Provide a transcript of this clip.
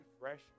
fresh